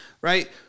right